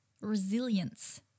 resilience